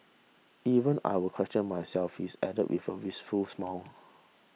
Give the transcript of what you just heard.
even I will question myself he added with a wistful smile